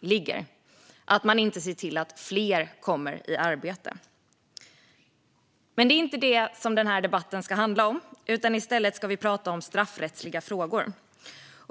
ligger: att man inte ser till att fler kommer i arbete. Men det är inte det som den här debatten ska handla om. Vi ska i stället prata om straffrättsliga frågor.